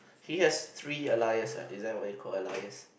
he has three alias uh is that what you call alias